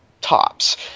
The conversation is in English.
tops